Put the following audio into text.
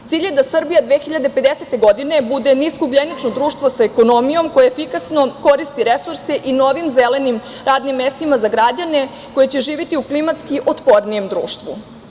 Cilj je da Srbija 2050. godine bude niskougljenično društvo sa ekonomijom koje efikasno koristi resurse i novim zelenim radnim mestima za građane koji će živeti u klimatski otpornijem društvu.